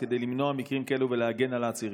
כדי למנוע מקרים כאלה ולהגן על העצירים?